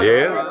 Yes